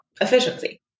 efficiency